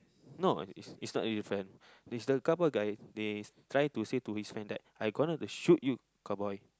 no is is not different there's the couple guy they try to say his friends right I gonna to shoot you cowboy